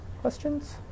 Questions